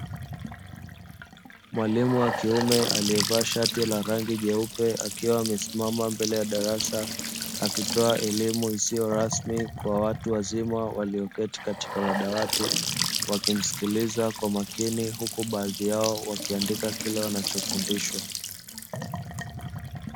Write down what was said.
Mwalimu wa kiume aliyevaa shati la rangi jeupe, akiwa amesimama ndani ya darasa akitoa elimu isiyo rasmi kwa watu wazima walioketi katika madawati, wakimsikiliza kwa makini, huku baadhi yao wakiandika kile wanachofundishwa.